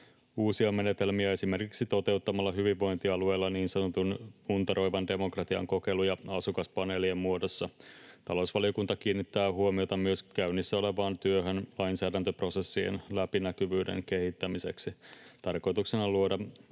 uusia menetelmiä esimerkiksi toteuttamalla hyvinvointialueilla niin sanotun puntaroivan demokratian kokeiluja asukaspaneelien muodossa. Talousvaliokunta kiinnittää huomiota myös käynnissä olevaan työhön lainsäädäntöprosessien läpinäkyvyyden kehittämiseksi. Tarkoituksena on luoda